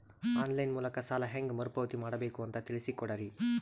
On line ಮೂಲಕ ಸಾಲ ಹೇಂಗ ಮರುಪಾವತಿ ಮಾಡಬೇಕು ಅಂತ ತಿಳಿಸ ಕೊಡರಿ?